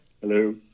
Hello